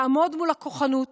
לעמוד מול הכוחנות